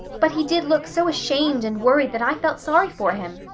but he did look so ashamed and worried that i felt sorry for him,